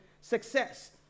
success